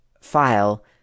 file